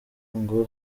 ngo